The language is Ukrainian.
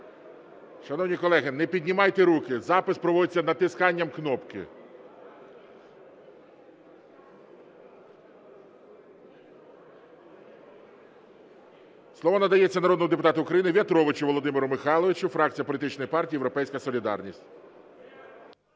Шановні колеги, не піднімайте руки. Запис проводиться натисканням кнопки. Слово надається народному депутату України В’ятровичу Володимиру Михайловичу, фракція політичної партії "Європейська солідарність".